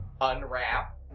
unwrap